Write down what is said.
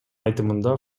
айтымында